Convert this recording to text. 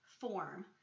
form